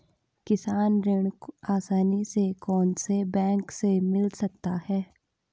किसान ऋण आसानी से कौनसे बैंक से मिल सकता है?